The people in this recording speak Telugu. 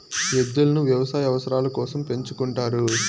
ఎద్దులను వ్యవసాయ అవసరాల కోసం పెంచుకుంటారు